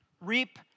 reap